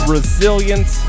Resilience